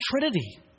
Trinity